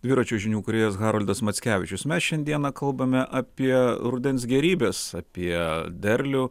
dviračio žinių kūrėjas haroldas mackevičius mes šiandieną kalbame apie rudens gėrybes apie derlių